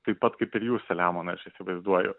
taip pat kaip ir jūs selemonai aš įsivaizduoju